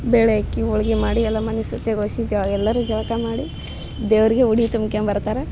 ಬೇಳೆ ಅಕ್ಕಿ ಹೋಳ್ಗಿ ಮಾಡಿ ಎಲ್ಲ ಮನೆ ಸ್ವಚ್ಛಗೊಳಿಸಿ ಜಲ್ ಎಲ್ಲರೂ ಜಳಕ ಮಾಡಿ ದೇವರಿಗೆ ಉಡಿ ತುಂಬ್ಕಂಡ್ ಬರ್ತಾರೆ